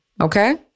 okay